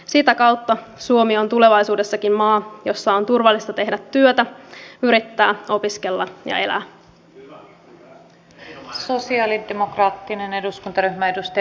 sitä kautta suomi on tulevaisuudessakin maa jossa on turvallista tehdä työtä yrittää opiskella ja elää